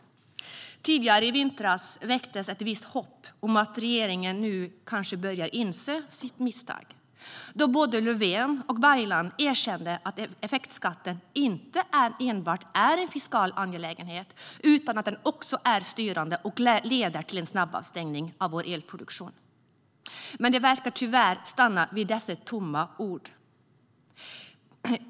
Tidigare i vintras väcktes visst hopp om att regeringen kanske började inse sitt misstag. Både Löfven och Baylan erkände att effektskatten inte är enbart en fiskal angelägenhet utan att den också är styrande och leder till en snabbnedstängning av vår elproduktion. Tyvärr verkar det ha stannat vid dessa tomma ord.